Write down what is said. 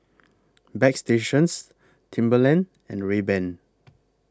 Bagstationz Timberland and Rayban